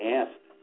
asked